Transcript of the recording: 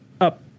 up